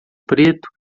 preto